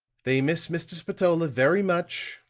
they miss mr. spatola very much.